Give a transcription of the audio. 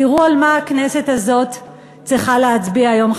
תראו על מה הכנסת הזאת צריכה להצביע היום,